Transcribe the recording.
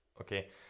Okay